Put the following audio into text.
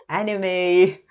anime